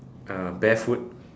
uh barefoot